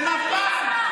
הוא נפל.